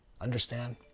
Understand